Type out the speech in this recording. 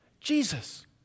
Jesus